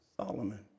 Solomon